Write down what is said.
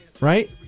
right